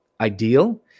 ideal